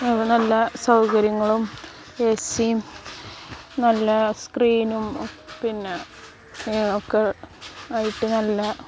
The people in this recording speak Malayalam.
ഇവിടെ എല്ലാ സൗകര്യങ്ങളും എ സിയും നല്ല സ്ക്രീനും പിന്നെ ഒക്കെ ആയിട്ട് നല്ല